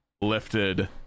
lifted